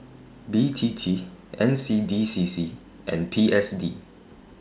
B T T N C D C C and P S D